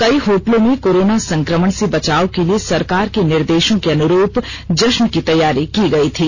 कई होटलों में कोरोना संक्रमण से बचाव के लिए सरकार के निर्देशों के अनुरूप जश्न की तैयारी की गई थी